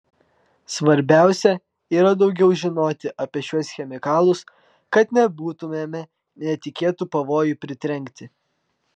svarbiausia yra daugiau žinoti apie šiuos chemikalus kad nebūtumėme netikėtų pavojų pritrenkti